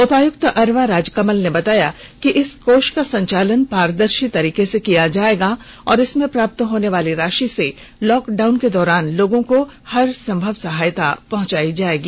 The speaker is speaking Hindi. उपायुक्त अरवा राजकमल ने बताया कि इस कोष का संचालन पारदर्षी तरीके से किया जायेगा और इसमें प्राप्त होने वाली राषि से लॉकडाउन के दौरान लोगों को हर संभव सहायता पहुंचायी जायेगी